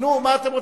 נו, מה אתם רוצים?